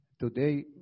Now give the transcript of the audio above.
today